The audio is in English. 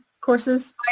courses